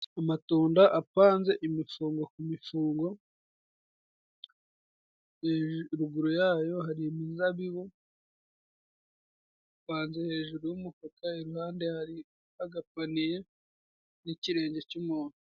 Amatunda apanze imifungo ku mifungo, ruguru yayo hari imizabibu ipanze hejuru y'umufuka ,iruhande hari agapaniye ,n'ikirenge cy'umuntu.